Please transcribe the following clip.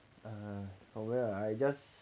uh oh well I just